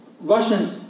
Russian